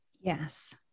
Yes